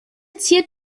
ziert